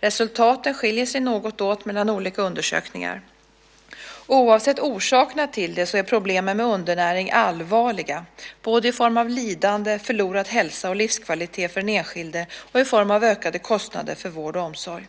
Resultaten skiljer sig något åt mellan olika undersökningar. Oavsett orsakerna till det så är problemen med undernäring allvarliga både i form av lidande, förlorad hälsa och livskvalitet för den enskilde och i form av ökade kostnader för vård och omsorg.